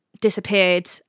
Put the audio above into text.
disappeared